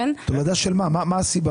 מה הסיבה?